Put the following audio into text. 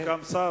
יש גם שר.